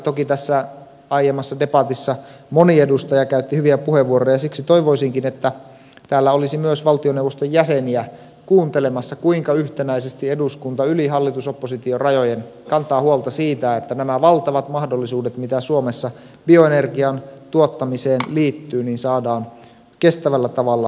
toki tässä aiemmassa debatissa moni edustaja käytti hyviä puheenvuoroja ja siksi toivoisinkin että täällä olisi myös valtioneuvoston jäseniä kuuntelemassa kuinka yhtenäisesti eduskunta yli hallitusoppositio rajojen kantaa huolta siitä että nämä valtavat mahdollisuudet mitä suomessa bioenergian tuottamiseen liittyy saadaan kestävällä tavalla hyödynnettyä